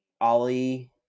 Ali